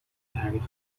تعریف